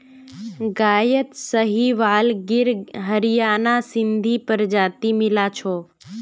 गायत साहीवाल गिर हरियाणा सिंधी प्रजाति मिला छ